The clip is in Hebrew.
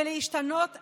ולהשתנות עכשיו.